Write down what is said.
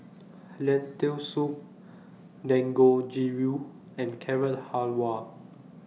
Lentil Soup Dangojiru and Carrot Halwa